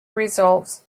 results